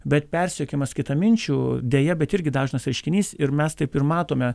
bet persekiojimas kitaminčių deja bet irgi dažnas reiškinys ir mes taip ir matome